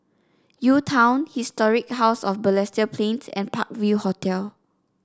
UTown Historic House of Balestier Plains and Park View Hotel